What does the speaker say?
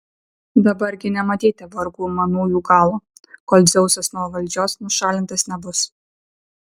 dabar gi nematyti vargų manųjų galo kol dzeusas nuo valdžios nušalintas nebus